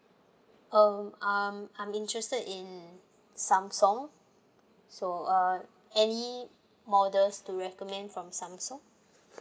um um I'm interested in samsung so uh any models to recommend from samsung